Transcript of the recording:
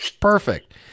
perfect